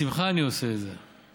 בשמחה אני עושה את זה.